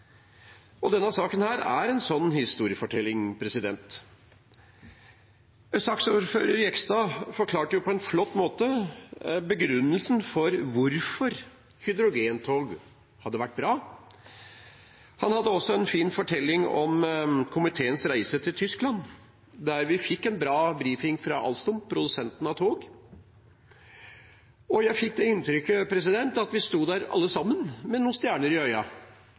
avtaler. Denne saken er en sånn historiefortelling. Saksordfører Jegstad forklarte på en flott måte begrunnelsen for hvorfor hydrogentog hadde vært bra. Han hadde også en fin fortelling om komiteens reise til Tyskland, der vi fikk en bra brifing fra Alstom, produsenten av tog. Jeg fikk det inntrykket at vi sto der alle sammen med stjerner i